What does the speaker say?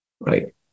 right